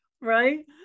right